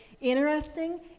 interesting